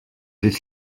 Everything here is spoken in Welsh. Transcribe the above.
ddydd